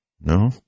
No